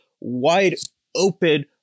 wide-open